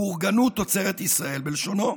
"בורגנות תוצרת ישראל", בלשונו,